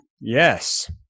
yes